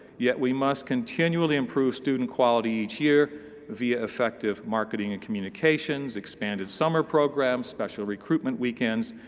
yet we must continually improve student quality each year via effective marketing and communications, expanded summer programs, special recruitment weekends,